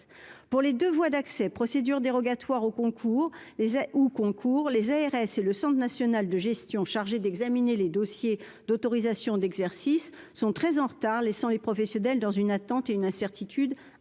pour les 2 voies d'accès procédure dérogatoire au concours les où concours les ARS et le Centre national de gestion chargé d'examiner les dossiers d'autorisation d'exercice sont très en retard, laissant les professionnels dans une attente et une incertitude